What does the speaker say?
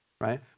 right